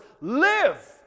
live